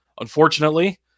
Unfortunately